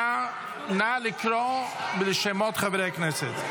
נא לקרוא בשמות חברי הכנסת.